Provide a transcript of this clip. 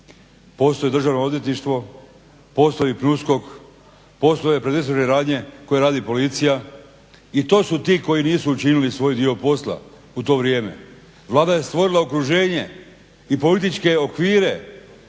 Postoji Državno odvjetništvo, postoji USKOK, postoje predistražne radnje koje radi policija i to su ti koji nisu učinili svoj dio posla u to vrijeme. Vlada je stvorila okruženje i političke okvire